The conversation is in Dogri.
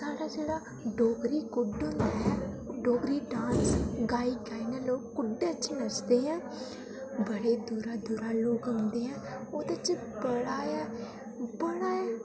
ओह् साढ़ा जेह्ड़ा डोगरी कुड्ड होंदा ऐ ओह् डोगरी डांस गाई गाइयै लोक कुड्डै च नचदे ऐ बड़ा दूरा दूरा लोक औंदे ऐ ओह्दे च बड़ा ऐ बड़ा ऐ